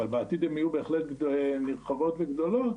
אבל בעתיד הן יהיו בהחלט נרחבות וגדולות,